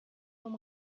vom